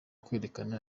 kwerekana